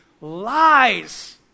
Lies